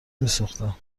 میسوختم